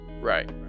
Right